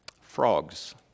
Frogs